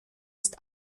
ist